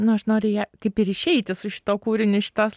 nu aš noriu ją kaip ir išeiti su šituo kūriniu iš šitos